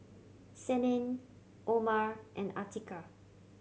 Senin Omar and Atiqah